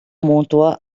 mútua